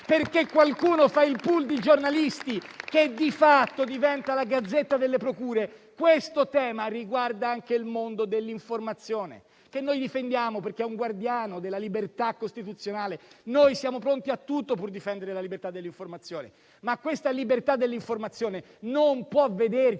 perché qualcuno fa il *pool* di giornalisti che di fatto diventa la gazzetta delle procure, questo tema riguarda anche il mondo dell'informazione che noi difendiamo perché è un guardiano della libertà costituzionale. Noi siamo pronti a tutto pur di difendere la libertà di informazione. Tale libertà non può vederci